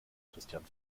christian